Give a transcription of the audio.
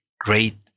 great